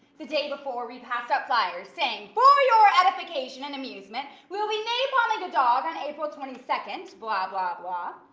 the day before, we passed out flyers saying, for your edification and amusement, we'll be napalming a dog on april twenty second, blah, blah, blah.